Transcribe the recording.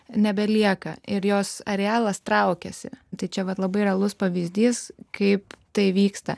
nebelieka ir jos arealas traukiasi tai čia vat labai realus pavyzdys kaip tai vyksta